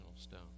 stone